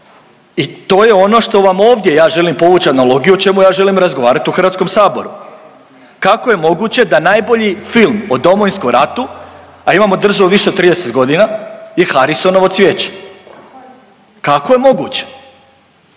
I to je ono što vam ovdje ja želim povuć analogiju o čemu ja želim razgovarat u HS-u. Kako je moguće da najbolji film o Domovinskom ratu, a imamo državu više od 30 godina je Harisonovo cvijeće, kako je moguće?